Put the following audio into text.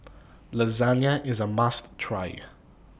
Lasagna IS A must Try